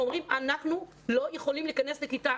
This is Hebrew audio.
הם אומרים: אנחנו לא יכולים להיכנס לכיתה,